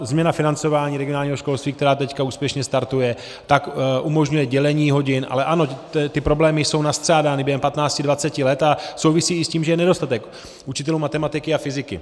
Změna financování regionálního školství, která teď úspěšně startuje, umožňuje dělení hodin, ale ano, ty problémy jsou nastřádány během 1520 let a souvisí i s tím, že je nedostatek učitelů matematiky a fyziky.